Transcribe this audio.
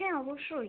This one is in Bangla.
হ্যাঁ অবশ্যই